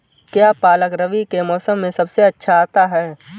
क्या पालक रबी के मौसम में सबसे अच्छा आता है?